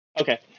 Okay